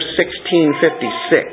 1656